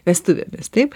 vestuvėmis taip